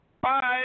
Bye